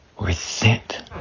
resent